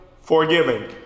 forgiving